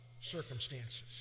circumstances